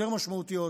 יותר משמעותיות,